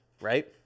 right